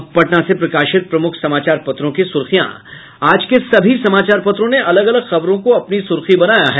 अब पटना से प्रकाशित प्रमुख समाचार पत्रों की सुर्खियां आज के सभी समाचार पत्रों ने अलग अलग खबरों को अपनी सुर्खी बनाया है